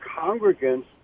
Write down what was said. congregants